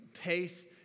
pace